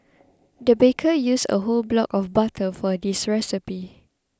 the baker used a whole block of butter for this recipe